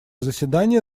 заседание